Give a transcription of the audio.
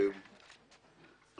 בעניין הזה.